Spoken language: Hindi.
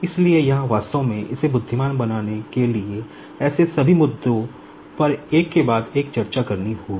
इसलिए यहाँ वास्तव में इसे बुद्धिमान बनाने के लिए ऐसे सभी मुद्दों पर एक के बाद एक चर्चा करनी होगी